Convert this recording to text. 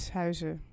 huizen